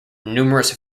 numerous